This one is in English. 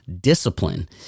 discipline